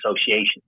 association